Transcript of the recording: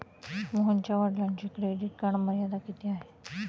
मोहनच्या वडिलांची credit card मर्यादा किती आहे?